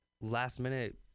last-minute